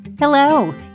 Hello